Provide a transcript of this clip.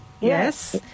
Yes